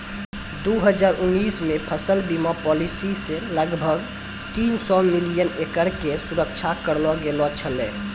दू हजार उन्नीस मे फसल बीमा पॉलिसी से लगभग तीन सौ मिलियन एकड़ के सुरक्षा करलो गेलौ छलै